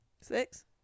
Six